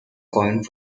coined